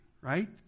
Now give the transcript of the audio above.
Right